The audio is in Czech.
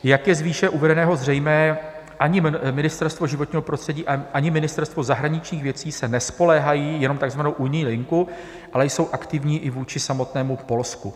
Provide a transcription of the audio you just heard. Jak je z výše uvedeného zřejmé, ani Ministerstvo životního prostředí, ani Ministerstvo zahraničních věcí se nespoléhají jenom na takzvanou unijní linku, ale jsou aktivní i vůči samotnému Polsku.